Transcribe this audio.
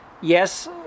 yes